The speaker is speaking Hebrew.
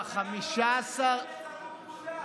אתה גם רוצה שחיילים יסרבו פקודה,